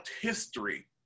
history